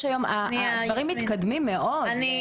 הדברים מתקדמים מאוד.